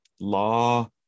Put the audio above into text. law